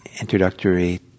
introductory